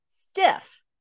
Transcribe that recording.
stiff